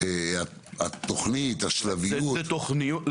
כראש עיר, התכנית, השלביות?